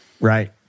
Right